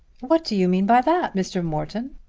what do you mean by that, mr. morton?